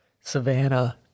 Savannah